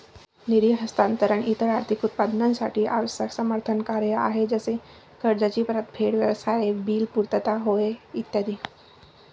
निधी हस्तांतरण इतर आर्थिक उत्पादनांसाठी आवश्यक समर्थन कार्य आहे जसे कर्जाची परतफेड, व्यवसाय बिल पुर्तता होय ई